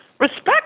Respect